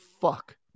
fuck